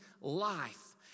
life